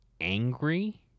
angry